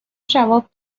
جواب